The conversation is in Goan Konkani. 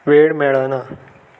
वेळ मेळना